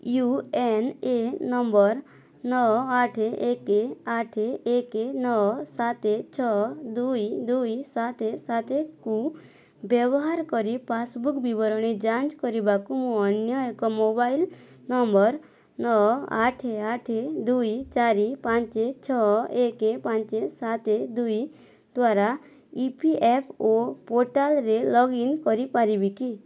you N A number ନଅ ଆଠେ ଏକେ ଆଠେ ଏକେ ନଅ ସାତେ ଛଅ ଦୁଇ ଦୁଇ ସାତେ ସାତେ କୁ ବ୍ୟବହାର କରି ପାସ୍ବୁକ୍ ବିବରଣୀ ଯାଞ୍ଚ କରିବାକୁ ମୁଁ ଅନ୍ୟ ଏକ ମୋବାଇଲ୍ ନମ୍ବର୍ ନଅ ଆଠେ ଆଠେ ଦୁଇ ଚାରି ପାଞ୍ଚେ ଛଅ ଏକେ ପାଞ୍ଚେ ସାତେ ଦୁଇ ଦ୍ଵାରା ଇ ପି ଏଫ୍ ଓ ପୋର୍ଟାଲ୍ରେ ଲଗ୍ଇନ୍ କରିପାରିବି କି